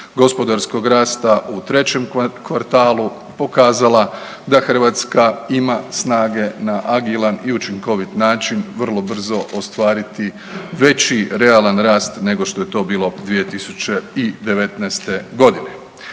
gospodarskog rasta u trećem kvartalu pokazala da Hrvatska ima snage na agilan i učinkovit način vrlo brzo ostvariti veći realan rast nego što je to bilo 2019.g.